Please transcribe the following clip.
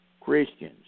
Christians